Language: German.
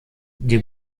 die